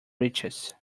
riches